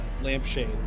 lampshade